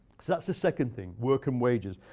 so that's the second thing. work and wages.